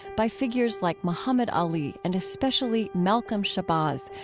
by figures like muhammad ali and especially malcolm shabazz,